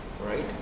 Right